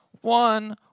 one